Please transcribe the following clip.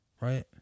Right